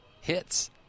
hits